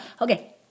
Okay